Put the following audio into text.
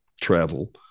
Travel